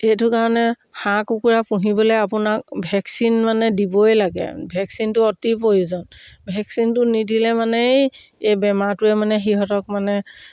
সেইটো কাৰণে হাঁহ কুকুৰা পুহিবলে আপোনাক ভেকচিন মানে দিবই লাগে ভেকচিনটো অতি প্ৰয়োজন ভেকচিনটো নিদিলে মানেই এই বেমাৰটোৱে মানে সিহঁতক মানে